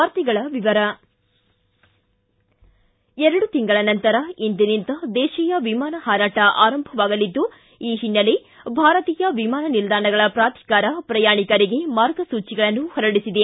ವಾರ್ತೆಗಳ ವಿವರ ಎರಡು ತಿಂಗಳ ನಂತರ ಇಂದಿನಿಂದ ದೇಶೀಯ ವಿಮಾನ ಹಾರಾಟ ಆರಂಭವಾಗಲಿದ್ದು ಈ ಹಿನ್ನೆಲೆ ಭಾರತೀಯ ವಿಮಾನ ನಿಲ್ದಾಣಗಳ ಪ್ರಾಧಿಕಾರ ಪ್ರಯಾಣಿಕರಿಗೆ ಮಾರ್ಗಸೂಚಿಗಳನ್ನು ಹೊರಡಿಸಿದೆ